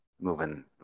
moving